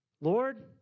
Lord